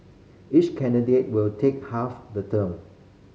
each candidate will take half the term